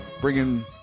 bringing